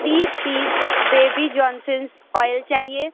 तीस piece baby Johnson's oil चाहिए